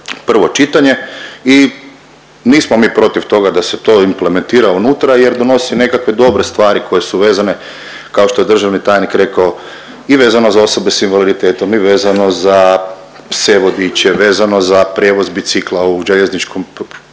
prvo čitanje i nismo mi protiv toga se to implementira unutra jer donosi nekakve dobre stvari koje su vezane kao što je državni tajnik rekao i vezano za osobe sa invaliditetom i vezano za pse vodiče, vezano za prijevoz bicikla u željezničkom prijevozu.